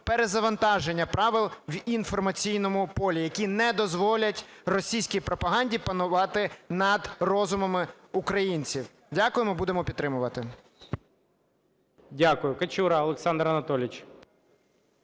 перезавантаження правил в інформаційному полі, які не дозволять російській пропаганді панувати над розумами українців. Дякуємо. Будемо підтримувати. ГОЛОВУЮЧИЙ. Дякую. Качура Олександр Анатолійович.